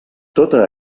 tota